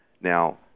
Now